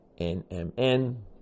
NMN